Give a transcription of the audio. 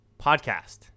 Podcast